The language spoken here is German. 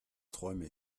träume